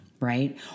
right